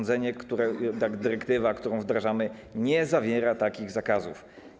Dyrektywa, którą wdrażamy, nie zawiera takich zakazów.